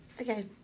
Okay